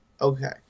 okay